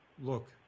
look